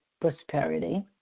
prosperity